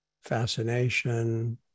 fascination